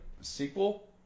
sequel